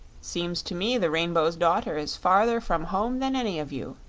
seems to me the rainbow's daughter is farther from home than any of you,